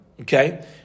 Okay